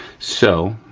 so,